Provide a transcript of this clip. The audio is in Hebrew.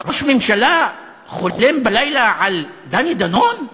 ראש הממשלה חולם בלילה על דני דנון,